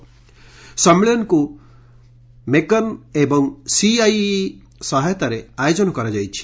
ସନ୍ନିଳନୀକୁ ମେକନ ଏବଂ ସିଆଇଆଇ ସହାୟତାରେ ଆୟୋଜନ କରାଯାଇଛି